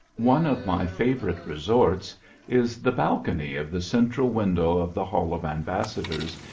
one of my favourite resorts is the balcony of the central window of the hall of ambassadors,